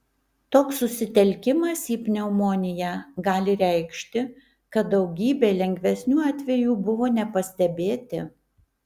toks susitelkimas į pneumoniją gali reikšti kad daugybė lengvesnių atvejų buvo nepastebėti